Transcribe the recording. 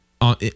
on